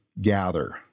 gather